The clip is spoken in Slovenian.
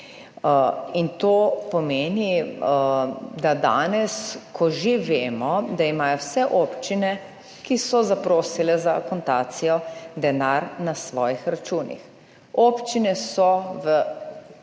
In to pomeni, da danes, ko že vemo, da imajo vse občine, ki so zaprosile za akontacijo denar na svojih računih. Občine so v teh